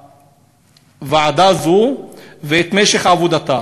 ועדה זו ואת משך עבודתה.